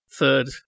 third